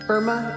Irma